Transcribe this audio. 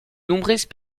nombreuses